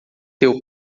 teu